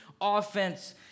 offense